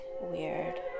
weird